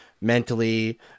mentally